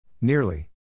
Nearly